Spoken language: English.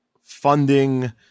funding